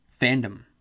fandom